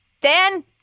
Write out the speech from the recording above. Dan